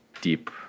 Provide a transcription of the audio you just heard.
deep